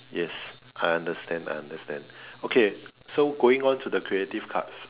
yes I understand I understand okay so going on to the creative cards